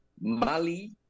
Mali